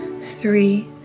three